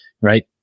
right